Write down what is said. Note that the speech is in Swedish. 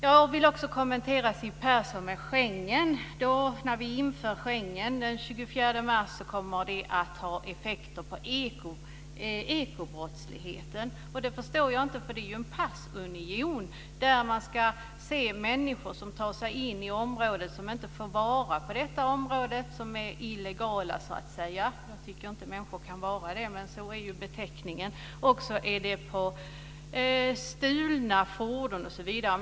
Jag vill också kommentera det Siw Persson säger om Schengen. När vi inför Schengen den 25 mars kommer det att ha effekter på ekobrottsligheten, säger hon. Det förstår jag inte. Detta är ju en passunion där man ska komma åt människor som tar sig in i området som inte får vara på detta område, som är illegala. Jag tycker inte att människor kan vara det, men så är ju beteckningen. Det handlar också om stulna fordon osv.